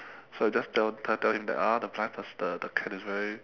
so you just tell tell him ah the blind person the the cat is very